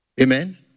Amen